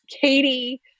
katie